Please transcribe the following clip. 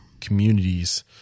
communities